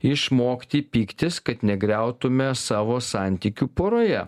išmokti pyktis kad negriautume savo santykių poroje